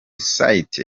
site